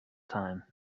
time